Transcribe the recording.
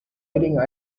fighting